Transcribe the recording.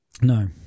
No